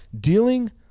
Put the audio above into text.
dealing